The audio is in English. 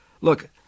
Look